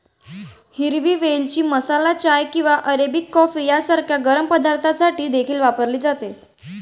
हिरवी वेलची मसाला चाय किंवा अरेबिक कॉफी सारख्या गरम पदार्थांसाठी देखील वापरली जाते